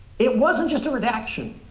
it wasn't just a redaction.